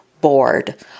bored